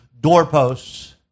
doorposts